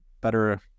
better